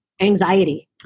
anxiety